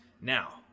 Now